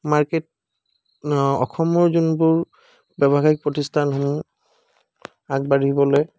market অসমৰ যোনবোৰ ব্যৱসায়িক প্ৰতিষ্ঠানসমূহ আগবাঢ়িবলৈ